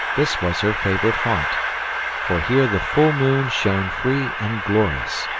this was her favourite haunt for here the full moon shone free and glorious,